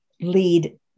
lead